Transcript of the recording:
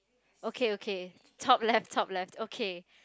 okay okay top left top left okay